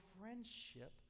friendship